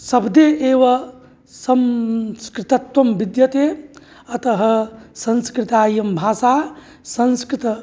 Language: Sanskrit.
शब्दे एव संस्कृतत्वं विद्यते अतः संस्कृता इयं भाषा संस्कृत